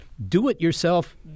do-it-yourself